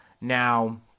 now